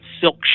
silk